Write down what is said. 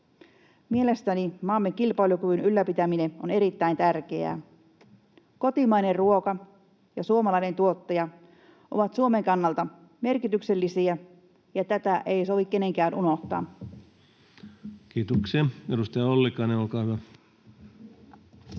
Mielestäni maamme kilpailukyvyn ylläpitäminen on erittäin tärkeää. Kotimainen ruoka ja suomalainen tuottaja ovat Suomen kannalta merkityksellisiä, ja tätä ei sovi kenenkään unohtaa. Kiitoksia. — Edustaja Ollikainen, olkaa hyvä.